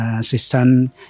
system